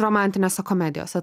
romantinėse komedijose